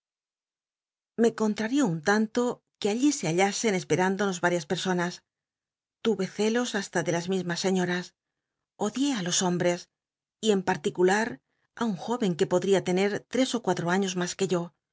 me contrarió un tanto que allí se hallasen esperándonos varias personas tu y e celos hasta de las mismas señoras odié i los hombres y en particular á un jó cn que podria lenet ltes ó cuatro años mas que yo